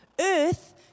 earth